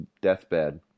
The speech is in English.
deathbed